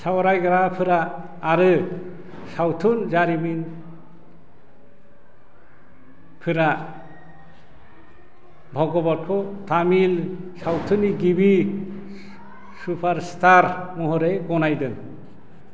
सावरायग्राफोर आरो सावथुन जारिमिनारिफोरा भागवतरखौ तमिल सावथुननि गिबि सुपरस्टार महरै गनायदों